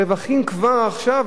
הרווחים כבר עכשיו,